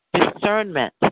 discernment